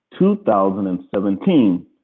2017